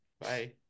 Bye